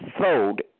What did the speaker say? sold